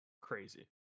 crazy